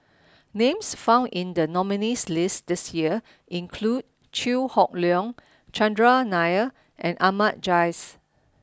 names found in the nominees' list this year include Chew Hock Leong Chandran Nair and Ahmad Jais